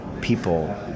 people